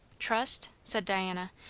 trust? said diana.